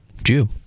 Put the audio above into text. Jew